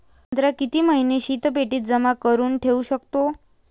संत्रा किती महिने शीतपेटीत जमा करुन ठेऊ शकतो?